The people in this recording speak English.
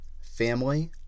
family